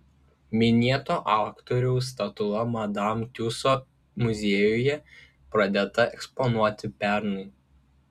minėto aktoriaus statula madam tiuso muziejuje pradėta eksponuoti pernai